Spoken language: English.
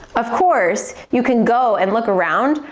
of course, you can go and look around,